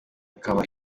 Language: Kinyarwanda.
ikaba